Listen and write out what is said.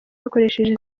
bakoresheje